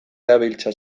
dabiltza